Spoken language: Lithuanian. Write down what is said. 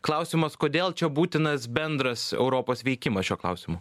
klausimas kodėl čia būtinas bendras europos veikimas šiuo klausimu